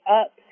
up